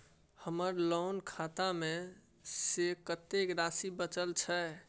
हमर लोन खाता मे शेस कत्ते राशि बचल छै?